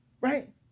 Right